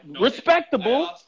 Respectable